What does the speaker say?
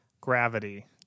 gravity